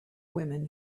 women